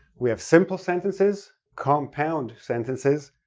we have simple sentences, compound sentences,